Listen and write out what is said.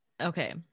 Okay